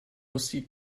lustige